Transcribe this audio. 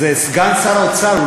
זה סגן שר האוצר.